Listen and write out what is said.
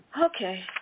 Okay